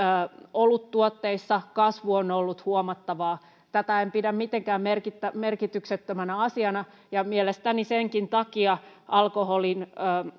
oluttuotteissa kasvu on on ollut huomattavaa tätä en pidä mitenkään merkityksettömänä asiana ja mielestäni senkin takia alkoholin